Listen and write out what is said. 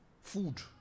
Food